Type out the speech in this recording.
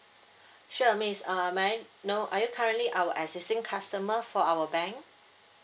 sure miss uh may I know are you currently our existing customer for our bank